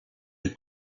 est